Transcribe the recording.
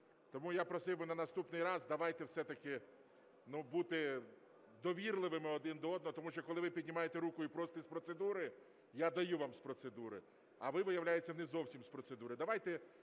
тому я просив би на наступний раз давайте все-таки бути довірливими один до одного, тому що, коли ви піднімаєте руку і просите з процедури, я даю вам з процедури, а ви, виявляється, не зовсім з процедури.